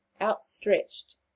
outstretched